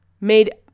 made